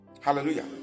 Hallelujah